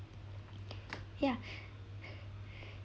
ya